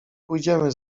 pójdziemy